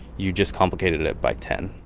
you just complicated it by ten.